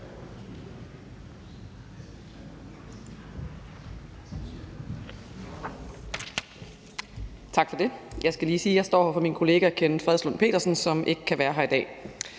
sige, at jeg står her for min kollega Kenneth Fredslund Petersen, som ikke kan være her i dag.